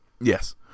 Yes